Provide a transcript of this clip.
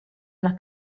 una